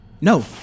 No